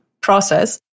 process